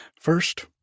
First